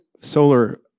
solar